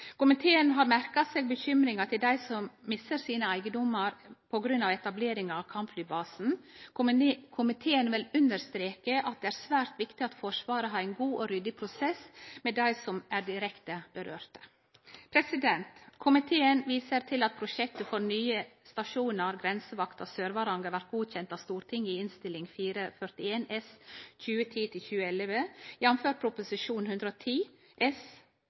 Komiteen har merka seg bekymringa til dei som misser eigedomane sine på grunn av etableringa av kampflybasen. Komiteen vil understreke at det er svært viktig at Forsvaret har ein god og ryddig prosess med dei det angår direkte. Komiteen viser til at prosjekt for nye stasjonar i grensevakta i Sør-Varanger blei godkjende av Stortinget gjennom Innst. 441 S for 2010–2011, jf. Prop. 110 S